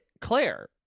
Claire